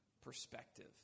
perspective